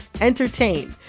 entertain